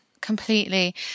completely